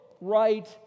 right